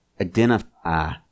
identify